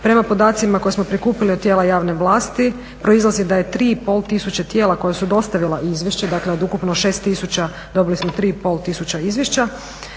Prema podacima koje smo prikupili od tijela javne vlasti proizlazi da je 3500 tijela koja su dostavila izvješće, dakle od ukupno 6000 dobili smo 3500 izvješća,